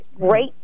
great